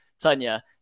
Tanya